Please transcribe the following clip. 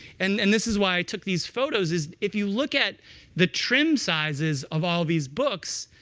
and and this is why i took these photos is if you look at the trim sizes of all these books,